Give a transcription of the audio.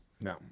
No